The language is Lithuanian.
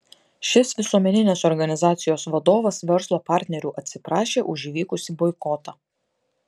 šis visuomeninės organizacijos vadovas verslo partnerių atsiprašė už įvykusį boikotą